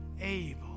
able